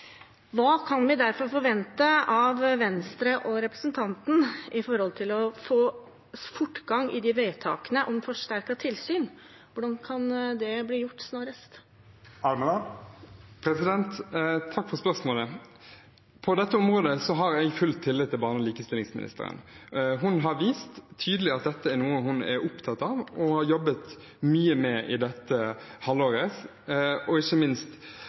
Når kan vi derfor forvente av Venstre og representanten at de vil få fortgang i de vedtakene om forsterket tilsyn? Hvordan kan det bli gjort snarest? Takk for spørsmålet. På dette området har jeg full tillit til barne- og likestillingsministeren. Hun har vist tydelig at dette er noe hun er opptatt av og har jobbet mye med i dette halvåret. Ikke minst